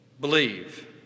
Believe